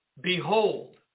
behold